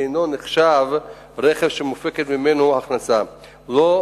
אינו נחשב רכב שמופקת ממנו הכנסה ולא